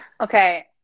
Okay